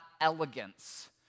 elegance